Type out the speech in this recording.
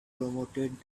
promoted